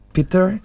Peter